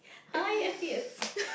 high S_E_S